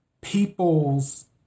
people's